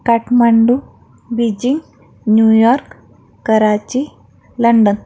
Kathmandu Beijing New York Karachi London